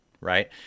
right